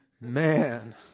man